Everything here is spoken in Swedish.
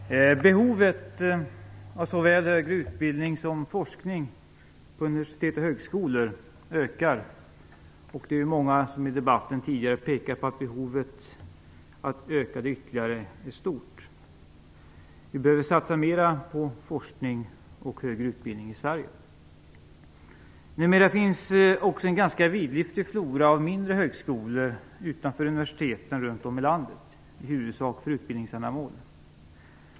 Herr talman! Behovet av såväl högre utbildning som forskning på universitet och högskolor ökar. Det är många som i debatten tidigare pekat på att behovet av en ytterligare ökning är stort. Vi behöver satsa mera på forskning och högre utbildning i Sverige. Numera finns det också en ganska vidlyftig flora av mindre högskolor utanför universiteten runtom i landet, i huvudsak för utbildningsändamål.